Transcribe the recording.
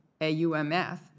AUMF